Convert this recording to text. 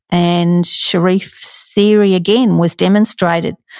and sherif's theory, again, was demonstrated.